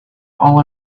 all